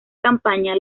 campaña